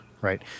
right